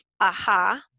aha